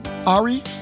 Ari